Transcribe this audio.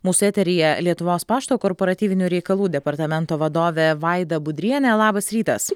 mūsų eteryje lietuvos pašto korporatyvinių reikalų departamento vadovė vaida budrienė labas rytas